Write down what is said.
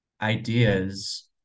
ideas